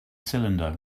cylinder